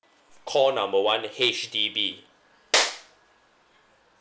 call number one H_D_B